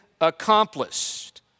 accomplished